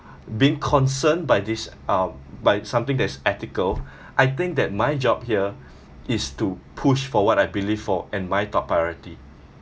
being concerned by this um by something that's ethical I think that my job here is to push for what I believe for and my top priority